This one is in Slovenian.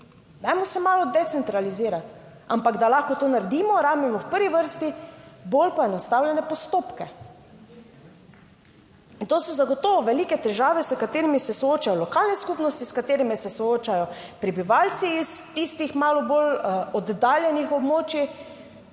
Dajmo se malo decentralizirati. Ampak da lahko to naredimo, rabimo v prvi vrsti bolj poenostavljene postopke. In to so zagotovo velike težave, s katerimi se soočajo lokalne skupnosti, s katerimi se soočajo prebivalci iz tistih malo bolj oddaljenih območij,